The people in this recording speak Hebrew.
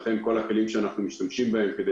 במצב כזה כל הכלים שאנחנו משתמשים בהם כדי